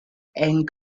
and